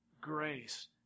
grace